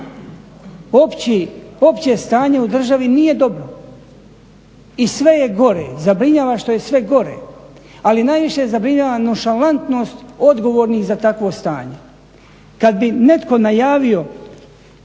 opće stanje u državi nije dobro i sve je gore. Zabrinjava što je sve gore, ali najviše zabrinjava nonšalantnost odgovornih za takvo stanje. Kada bi netko najavio